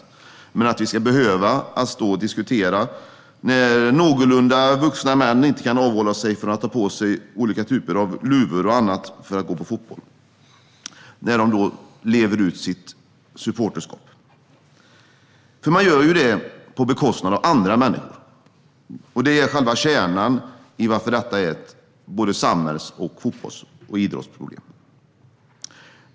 Men det är att vi ska behöva stå och diskutera om att någorlunda vuxna män inte kan avhålla sig från att ta på sig olika typer av luvor och annat för att gå på fotboll och leva ut sitt supporterskap. De gör det på bekostnad av andra människor. Det är själva kärnan i varför det är både ett samhällsproblem och ett fotbolls och idrottsproblem.